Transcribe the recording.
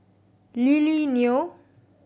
Lily Neo